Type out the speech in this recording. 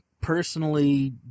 personally